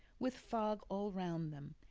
with fog all round them,